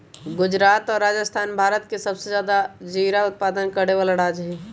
गुजरात और राजस्थान भारत के सबसे ज्यादा जीरा उत्पादन करे वाला राज्य हई